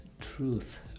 truth